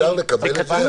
אפשר לקבל את זה?